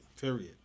Period